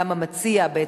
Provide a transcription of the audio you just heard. גם המציע בעצם,